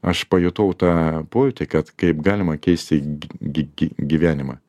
aš pajutau tą pojūtį kad kaip galima keisti gi gi gi gyvenimą